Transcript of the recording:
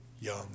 young